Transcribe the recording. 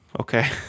okay